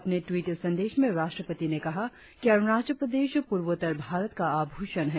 अपने टवीट संदेश में राष्ट्रपति ने कहा कि अरुणाचल प्रदेश पूर्वोत्तर भारत का आभूषण है